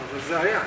אבל זה היה.